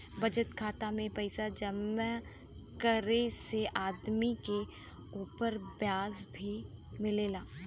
बचत खाता में पइसा जमा करे से आदमी के उपर ब्याज भी मिलेला